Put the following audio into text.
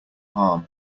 harm